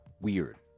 Weird